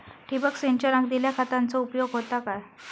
ठिबक सिंचनान दिल्या खतांचो उपयोग होता काय?